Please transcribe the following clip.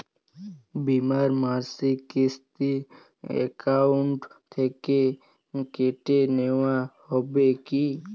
বিমার মাসিক কিস্তি অ্যাকাউন্ট থেকে কেটে নেওয়া হবে কি?